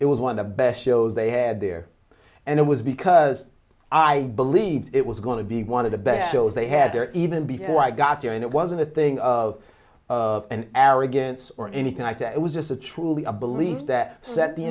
it was one of the best shows they ad there and it was because i believed it was going to be one of the best shows they had there even before i got there and it wasn't a thing of an arrogance or anything like that it was just a truly a belief that that the